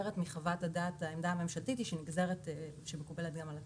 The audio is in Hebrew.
העמדה הממשלתית שמקובלת גם על הכנסת,